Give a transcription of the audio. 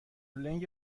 لنگ